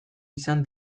izan